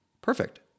perfect